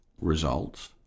results